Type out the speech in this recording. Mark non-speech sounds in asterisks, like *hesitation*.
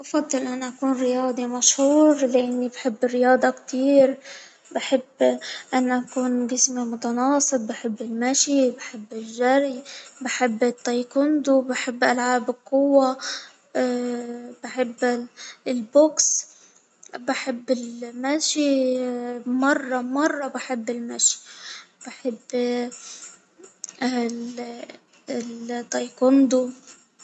أفضل أن أكون رياضي مشهور لإني بحب الرياضة كتير، بحب أن يكون جسمي متناسق بحب المشي ،بحب الجري. بحب التايكوندو بحب العاب القوة، بحب *hesitation* البوكس بحب المشي *hesitation* مرة مرة بحب المشي ، بحب *hesitation* التايكوندو.